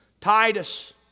Titus